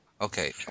Okay